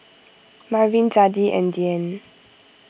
Marvin Zadie and Dianne